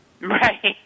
Right